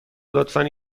لطفا